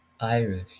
Irish